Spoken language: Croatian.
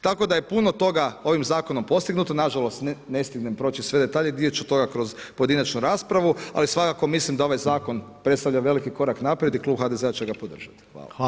Tako da je puno toga, ovim zakonom postignuto, nažalost, ne stignem proći sve detalje, dio ću toga kroz pojedinačnu raspravu, ali svakako mislim da ovaj zakon predstavlja veliki korak naprijed i Klub HDZ-a će ga podržati.